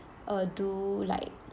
uh do like